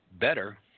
better